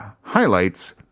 Highlights